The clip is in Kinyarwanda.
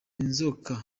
nzoka